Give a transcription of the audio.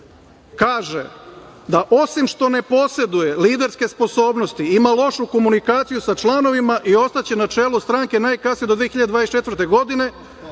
kaže da osim što ne poseduje liderske sposobnosti ima lošu komunikaciju sa članovima i ostaće na čelo stranke najkasnije do 2024. godine,